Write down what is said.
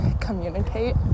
communicate